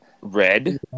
Red